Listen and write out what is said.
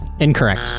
Incorrect